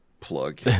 plug